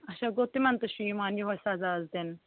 اَچھا گوٚو تِمَن تہِ چھُ یِوان یِہَے سزا حظ دِنہٕ